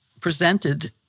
presented